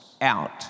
out